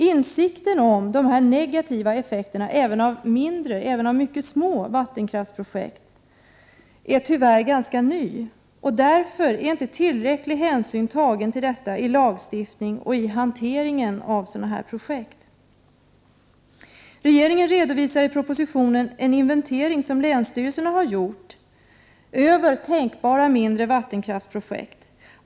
Insikten om att de negativa effekterna av även mycket små vattenkraftsprojekt kan vara stora är tyvärr ganska ny. Därför är inte tillräcklig hänsyn tagen till detta i lagstiftning och i hantering av sådana här projekt. Regeringen redovisar i propositionen en inventering som länsstyrelserna har gjort över tänkbara mindre vattenkraftsprojekt.